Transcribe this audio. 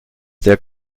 der